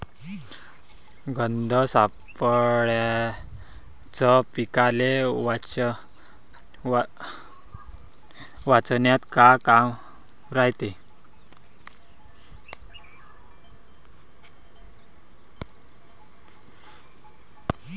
गंध सापळ्याचं पीकाले वाचवन्यात का काम रायते?